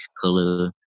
color